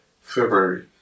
February